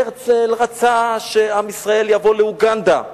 הרצל רצה שעם ישראל יבוא לאוגנדה,